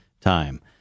time